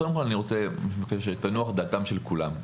קודם כל אני מבקש שתנוח דעתם של כולם.